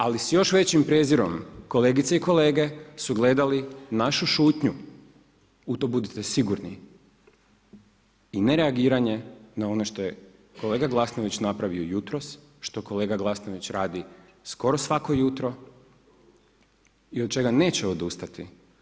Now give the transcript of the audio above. Ali s još većim prijezirom kolegice i kolege su gledali našu šutnju u to budite sigurni i ne reagiranje na ono što je kolega Glasnović napravio jutros, što kolega Glasnović radi skoro svako jutro i od čega neće odustati.